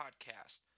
Podcast